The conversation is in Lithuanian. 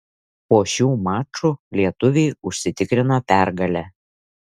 po šių mačų lietuviai užsitikrino pergalę